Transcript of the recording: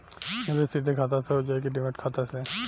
निवेश सीधे खाता से होजाई कि डिमेट खाता से?